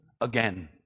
again